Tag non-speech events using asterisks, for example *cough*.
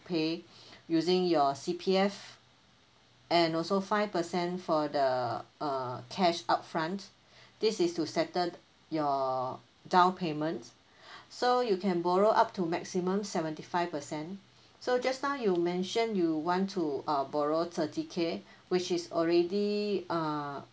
pay *breath* using your C_P_F and also five percent for the uh cash upfront *breath* this is to settle your down payment *breath* so you can borrow up to maximum seventy five percent so just now you mentioned you want to uh borrow thirty K which is already uh